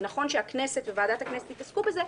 ונכון שהכנסת וועדת הכנסת יתעסקו בזה,